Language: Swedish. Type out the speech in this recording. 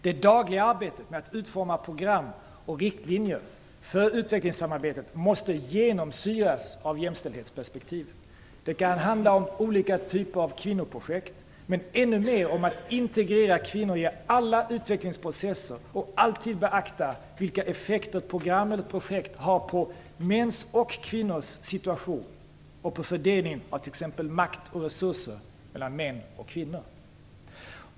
Det dagliga arbetet med att utforma program och riktlinjer för utvecklingssamarbetet måste genomsyras av jämställdhetsperspektivet. Det kan handla om olika typer av kvinnoprojekt men ännu mer om att integrera kvinnor i alla utvecklingsprocesser och att alltid beakta vilka effekter ett program eller ett projekt har på mäns och kvinnors situation och på fördelningen av t.ex. makt och resurser mellan män och kvinnor.